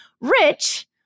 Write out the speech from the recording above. Rich